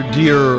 dear